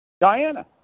Diana